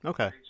Okay